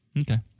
Okay